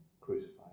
crucified